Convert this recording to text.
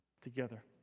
together